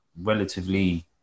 relatively